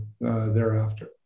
thereafter